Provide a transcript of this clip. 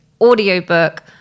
audiobook